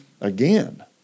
again